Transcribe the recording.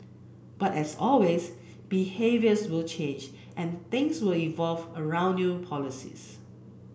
but as always behaviours will change and things will evolve around new policies